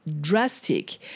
drastic